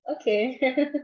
Okay